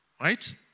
right